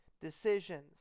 decisions